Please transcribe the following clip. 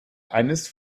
eines